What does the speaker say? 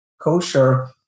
kosher